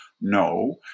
no